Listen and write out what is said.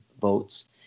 votes